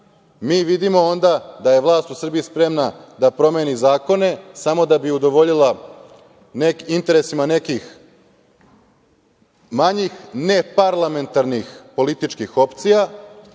vidimo da je vlast u Srbiji spremna da promeni zakone samo da bi udovoljila interesima nekih manjih neparlamentarnih političkih opcija,